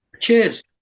cheers